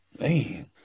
man